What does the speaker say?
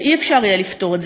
שאי-אפשר יהיה לפתור את זה.